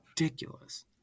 Ridiculous